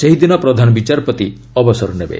ସେହିଦିନ ପ୍ରଧାନ ବିଚାରପତି ଅବସର ନେବେ